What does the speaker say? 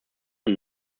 und